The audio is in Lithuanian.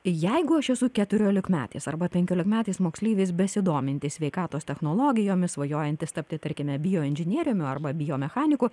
jeigu aš esu keturiolikmetis arba penkiolikmetis moksleivis besidomintis sveikatos technologijomis svajojantis tapti tarkime bioinžinieriumi arba biomechanikos